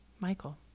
Michael